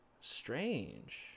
strange